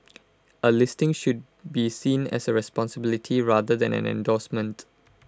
A listing should be seen as A responsibility rather than an endorsement